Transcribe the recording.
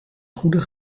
goede